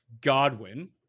godwin